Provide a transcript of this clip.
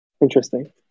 Interesting